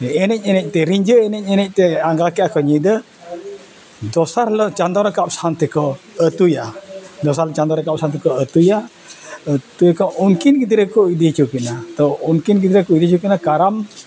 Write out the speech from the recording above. ᱮᱱᱮᱡ ᱮᱱᱮᱡ ᱛᱮ ᱨᱤᱧᱡᱷᱟᱹ ᱮᱱᱮᱡ ᱮᱱᱮᱡ ᱛᱮ ᱟᱸᱜᱟ ᱠᱮᱜᱼᱟ ᱠᱚ ᱧᱤᱫᱟᱹ ᱫᱚᱥᱟᱨ ᱦᱤᱞᱳᱜ ᱪᱟᱸᱫᱚ ᱨᱟᱠᱟᱵ ᱥᱟᱶ ᱛᱮᱠᱚ ᱟᱛᱩᱭᱟ ᱫᱚᱥᱟᱨ ᱦᱤᱞᱳᱜ ᱪᱟᱸᱫᱚ ᱨᱟᱠᱟᱵ ᱥᱟᱶ ᱛᱮᱠᱚ ᱟᱛᱩᱭᱟ ᱟᱛᱩᱭᱟᱠᱚ ᱩᱱᱠᱤᱱ ᱜᱤᱫᱽᱨᱟᱹ ᱜᱮᱠᱚ ᱤᱫᱤ ᱦᱚᱪᱚ ᱠᱤᱱᱟ ᱛᱚ ᱩᱱᱠᱤᱱ ᱜᱤᱫᱽᱨᱟᱹ ᱠᱚ ᱤᱫᱤ ᱦᱚᱪᱚ ᱠᱤᱱᱟ ᱠᱟᱨᱟᱢ